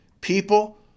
People